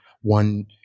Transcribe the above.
one